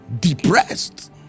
depressed